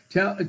Tell